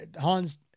Hans